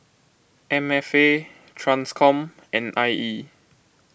M F A Transcom and I E